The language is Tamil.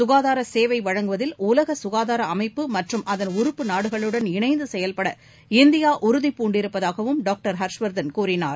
சுகாதாரசேவைழங்குவதில் உலகசுகாதாரஅமைப்பு மற்றம் அதன் உறப்பு நாடுகளுடன் இணைந்துசெயல்பட இந்தியாஉறுதி பூண்டிருப்பதாகவும் டாக்டர் ஹர்ஷ் வர்தன் கூறினார்